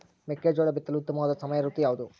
ಮೆಕ್ಕೆಜೋಳ ಬಿತ್ತಲು ಉತ್ತಮವಾದ ಸಮಯ ಋತು ಯಾವುದು?